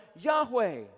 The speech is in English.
Yahweh